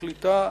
הקליטה,